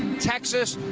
texas,